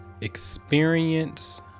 experience